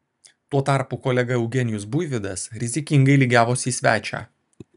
tuo tarpu kolega eugenijus buivydas rizikingai lygiavosi į svečią